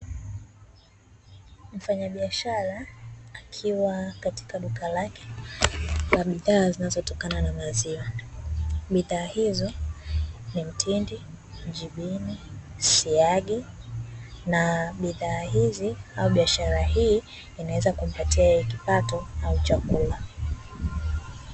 Mfanyabiashara akiwa katika duka lake la bidhaa zinazotokana na maziwa, bidhaa hizo ni mtindi, jibini, siagi, na bidhaa hizi au biashara hii inaweza kumpatia yeye kipato au chakula.